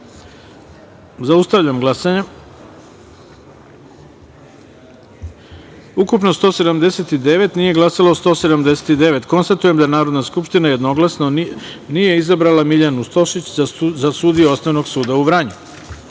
taster. Zaustavljam glasanje: ukupno – 179, nije glasalo 179.Konstatujem da Narodna skupština jednoglasno nije izabrala sudiju Miljana Stošić za sudiju Osnovnog suda u Vranju.4.